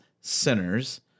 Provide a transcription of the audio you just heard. sinners